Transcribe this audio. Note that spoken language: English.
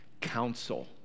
counsel